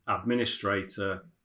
administrator